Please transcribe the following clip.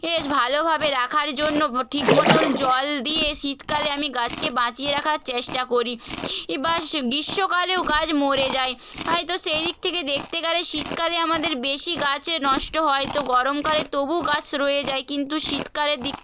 ভালোভাবে রাখার জন্য ব ঠিক মতন জল দিয়ে শীতকালে আমি গাছকে বাঁচিয়ে রাখার চেষ্টা করি এবার গ্রীষ্মকালেও গাছ মরে যায় হয় তো সেই দিক থেকে দেখতে গেলে শীতকালে আমাদের বেশি গাছে নষ্ট হয় তো গরমকালে তবু গাছ রয়ে যায় কিন্তু শীতকালের দিক